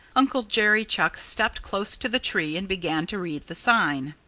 uncle jerry chuck stepped close to the tree and began to read the sign.